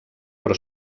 però